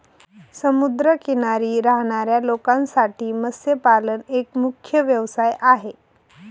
समुद्र किनारी राहणाऱ्या लोकांसाठी मत्स्यपालन एक मुख्य व्यवसाय आहे